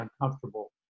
uncomfortable